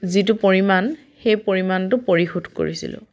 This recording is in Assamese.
যিটো পৰিমাণ সেই পৰিমাণটো পৰিশোধ কৰিছিলোঁ